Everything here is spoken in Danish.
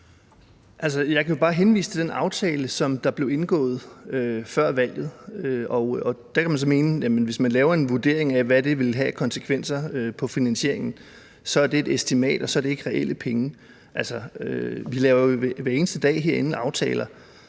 jeg kan bare henvise til den aftale, som der blev indgået før valget. Der kan man så mene, at hvis man laver en vurdering af, hvad det vil have af konsekvenser for finansieringen, så er det et estimat, og så er det ikke reelle penge. Altså, vi laver jo hver eneste dag herinde aftaler,